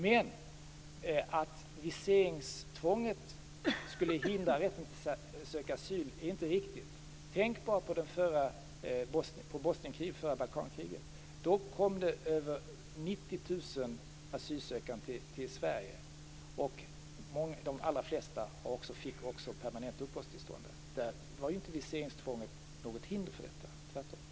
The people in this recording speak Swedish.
Men att viseringstvånget skulle hindra rätten att söka asyl är inte riktigt. Tänk bara på det förra Balkankriget, i Bosnien. Då kom det över 90 000 asylsökande till Sverige, och de allra flesta fick också permanent uppehållstillstånd. Där var inte viseringstvånget något hinder, tvärtom.